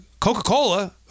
Coca-Cola